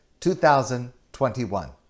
2021